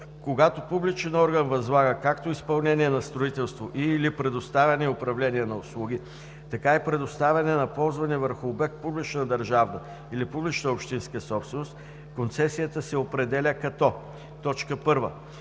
Когато публичен орган възлага както изпълнение на строителство и/или предоставяне и управление на услуги така и предоставяне на ползване върху обект – публична държавна или публична общинска собственост, концесията се определя като: 1.